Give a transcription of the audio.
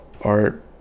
art